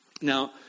Now